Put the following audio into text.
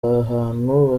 ahantu